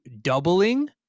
doubling